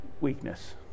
weakness